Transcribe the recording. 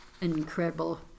incredible